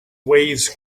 waves